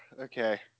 okay